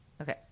Okay